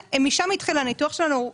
משם התחיל הניתוח שלנו,